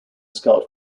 scout